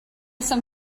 some